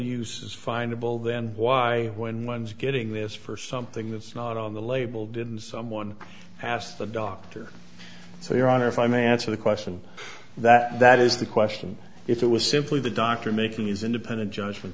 uses find a bull then why when one's getting this for something that's not on the label didn't someone asked the doctor so your honor if i may answer the question that that is the question if it was simply the doctor making his independent judgment